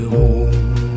home